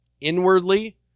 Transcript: Inwardly